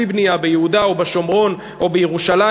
בנייה ביהודה או בשומרון או בירושלים.